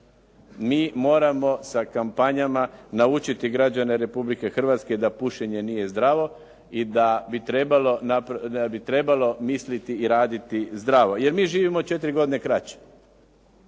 Mi moramo sa kampanjama naučiti građane Republike Hrvatske da pušenje nije zdravo i da bi trebalo misliti i raditi zdravo. Jer mi živimo 4 godine kraće.